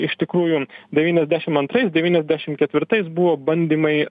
iš tikrųjų devyniasdešim antrais devyniasdešim ketvirtais buvo bandymai